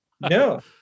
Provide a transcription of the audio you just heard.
No